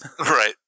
Right